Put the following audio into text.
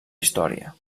història